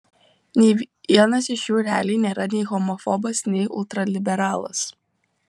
nei vienas iš jų realiai nėra nei homofobas nei ultraliberalas